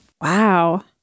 Wow